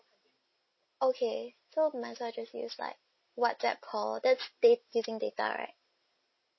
okay so might as well just use like whatsapp call that's da~ using data right